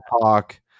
talk